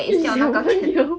小朋友